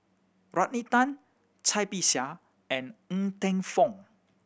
Rodney Tan Cai Bixia and Ng Teng Fong